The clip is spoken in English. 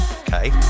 okay